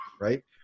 right